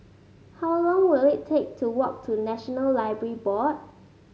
how long will it take to walk to National Library Board